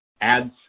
ads